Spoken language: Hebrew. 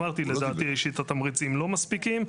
לדעתי האישית התמריצים לא מספיקים.